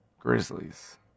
Grizzlies